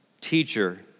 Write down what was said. teacher